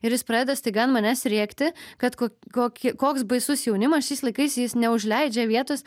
ir jis pradeda staiga ant manęs rėkti kad kok kokie koks baisus jaunimas šiais laikais jis neužleidžia vietos